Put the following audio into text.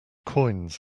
coins